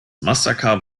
massaker